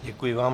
Děkuji vám.